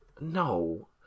No